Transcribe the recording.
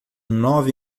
nove